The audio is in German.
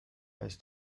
ist